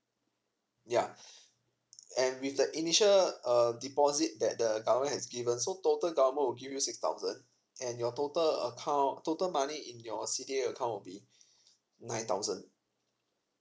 yea and with the initial um deposit that the government has given so total government will give you six thousand and your total account total money in your C_D_A account will be nine thousand